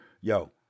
Yo